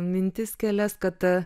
mintis kelias kad